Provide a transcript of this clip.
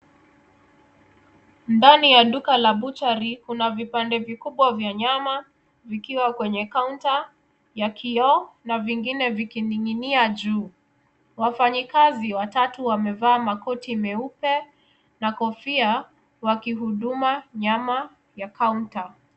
Ndani ya duka la butchery kuna vipande vikubwa vya nyama vikiwa kwenye kaunta ya kioo na vingine vikining'inia juu. Wafanyikazi watatu wamevaa makoti meupe na kofia wakihuduma nyama ya kaunta.